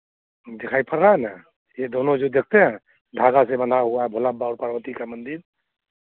दिखाई पड़ा ना ये दोनों जो देखते हैं धागा से बँधा हुआ भोला बाबा और पार्वती का मंदिर